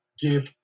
give